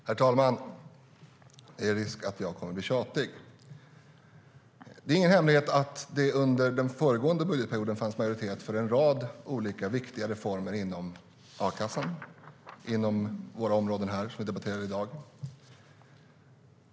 Herr talman! Det är risk att jag kommer att bli tjatig. Det är ingen hemlighet att det under den föregående budgetperioden fanns majoritet för en rad olika viktiga reformer inom a-kassan och de andra områden som vi debatterar här i dag.